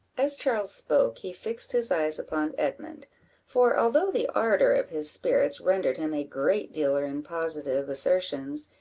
as charles spoke, he fixed his eyes upon edmund for although the ardour of his spirits rendered him a great dealer in positive assertions,